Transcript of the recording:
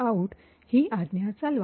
out ही आज्ञा चालवा